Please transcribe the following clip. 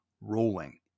rolling